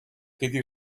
quedi